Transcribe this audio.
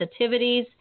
sensitivities